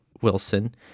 Wilson